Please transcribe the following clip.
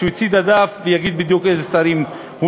הוא יוציא את הדף ויגיד בדיוק איזה תפקידי שרים הוא